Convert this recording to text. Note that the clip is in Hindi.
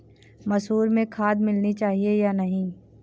मसूर में खाद मिलनी चाहिए या नहीं?